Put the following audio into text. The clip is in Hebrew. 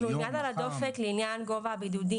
אנחנו עם יד על הדופק לעניין גובה הבידוד,